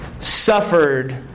suffered